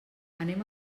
anem